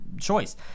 choice